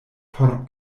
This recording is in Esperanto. por